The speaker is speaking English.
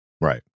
Right